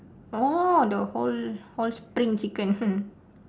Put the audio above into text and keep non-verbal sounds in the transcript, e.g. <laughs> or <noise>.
oh the whole whole spring chicken <laughs>